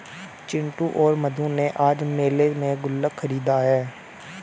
चिंटू और मधु ने आज मेले में गुल्लक खरीदा है